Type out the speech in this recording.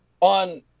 on